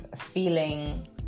feeling